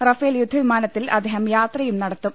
Rafale യുദ്ധവിമാനത്തിൽ അദ്ദേഹം യാത്രയും നടത്തും